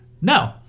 No